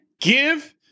give